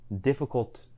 difficult